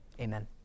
Amen